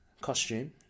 costume